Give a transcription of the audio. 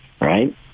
right